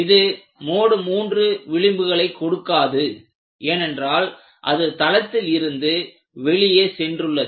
இது மோடு 3 விளிம்புகளை கொடுக்காது ஏனென்றால் அது தளத்தில் இருந்து வெளியே சென்றுள்ளது